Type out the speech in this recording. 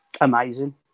Amazing